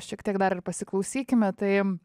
šiek tiek dar ir pasiklausykime tai